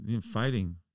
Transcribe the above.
Fighting